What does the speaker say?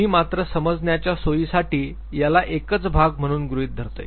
मी मात्र समजण्याच्या सोयीसाठी याला एकच भाग म्हणून गृहीत धरतोय